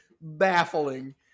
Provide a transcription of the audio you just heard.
baffling